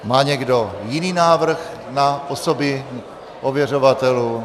Má někdo jiný návrh na osoby ověřovatelů?